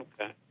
Okay